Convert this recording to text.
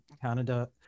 Canada